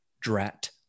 drat